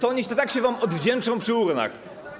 Oni się tak się wam odwdzięczą przy urnach.